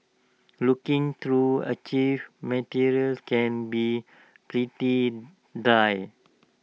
looking through archived materials can be pretty dry